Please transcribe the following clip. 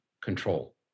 control